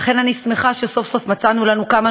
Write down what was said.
ולכן אני שמחה שסוף-סוף מצאנו לנו כמה